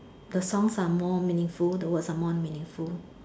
the songs are more meaningful the words are more meaningful